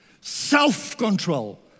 Self-control